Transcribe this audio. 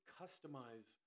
customize